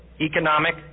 economic